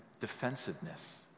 defensiveness